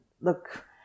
look